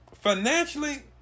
financially